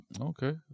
Okay